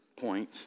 point